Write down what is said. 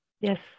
Yes